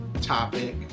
topic